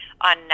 on